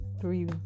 three